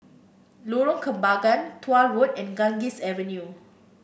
Lorong Kembagan Tuah Road and Ganges Avenue